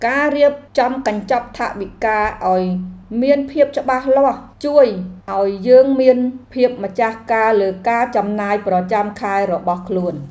ការរៀបចំកញ្ចប់ថវិកាឱ្យមានភាពច្បាស់លាស់ ជួយឱ្យយើងមានភាពម្ចាស់ការលើការចំណាយប្រចាំខែរបស់ខ្លួន។